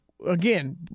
Again